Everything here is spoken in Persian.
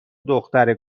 دختر